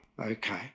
Okay